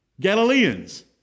Galileans